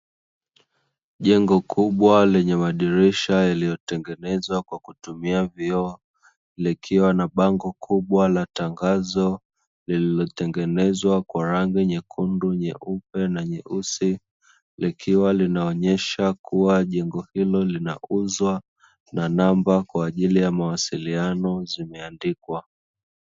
Jengo kubwa lenye madirisha yaliyotengenezwa kwa kutumia vioo likiwa na bango kubwa la tangazo lililotengenezwa kwa rangi nyekundu, nyeupe na nyeusi, likiwa linaonyesha kuwa jengo hilo linauzwa na namba kwa ajili ya mawasiliano zimeandikwa.